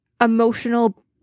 emotional